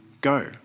go